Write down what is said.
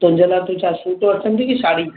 तुंहिंजे लाइ त छा सूट वठंदी की साढ़ी